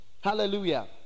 hallelujah